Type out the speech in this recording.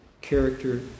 character